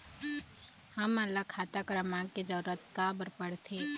हमन ला खाता क्रमांक के जरूरत का बर पड़थे?